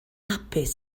hapus